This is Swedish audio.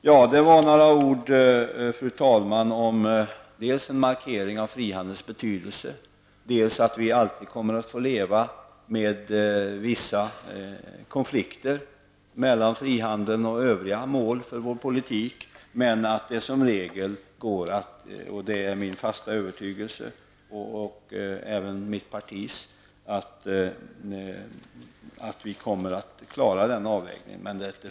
Jag vill alltså dels, fru talman, markera frihandelns betydelse, dels framhålla att vi alltid kommer att få leva med vissa konflikter mellan frihandel och övriga mål för vår politik. Det är min och mitt partis fasta övertygelse att vi kommer att klara den avvägningen.